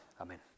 Amen